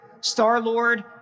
Star-Lord